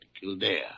Kildare